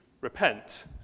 repent